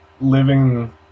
living